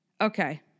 okay